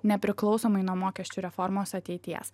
nepriklausomai nuo mokesčių reformos ateities